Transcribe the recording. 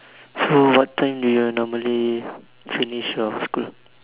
so what time do you normally finish your school